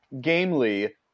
gamely